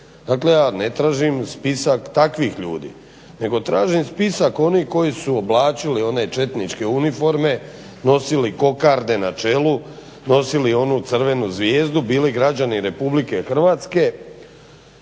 dakle ja ne tražim spisak takvih ljudi nego tražim spisak onih koji su oblačili one četničke uniforme, nosili kokarde na čelu, nosili onu crvenu zvijezdu, bili građani RH, ništa im se